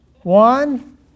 One